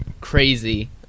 crazy